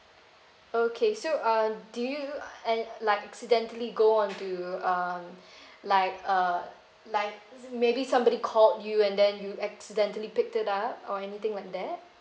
okay so uh do you and like accidentally go on to uh like uh liked maybe somebody called you and then you accidentally picked it up or anything like that